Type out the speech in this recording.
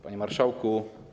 Panie Marszałku!